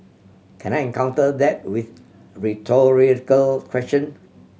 can I in counter that with rhetorical question